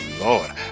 Lord